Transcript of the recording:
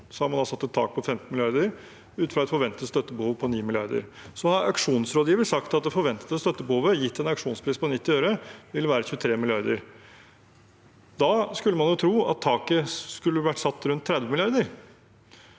har man satt et tak på 15 mrd. kr ut fra et forventet støttebehov på 9 mrd. kr. Så har auksjonsrådgiveren sagt at det forventede støttebehovet, gitt en auksjonspris på 90 øre, vil være 23 mrd. kr. Da skulle man tro at taket skulle vært satt rundt 30 mrd.